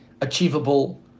achievable